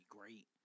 great